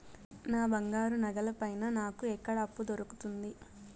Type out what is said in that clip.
నా బంగారు నగల పైన నాకు ఎక్కడ అప్పు దొరుకుతుంది